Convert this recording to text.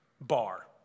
bar